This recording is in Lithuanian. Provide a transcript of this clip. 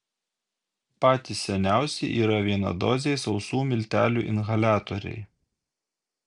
patys seniausi yra vienadoziai sausų miltelių inhaliatoriai